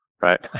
right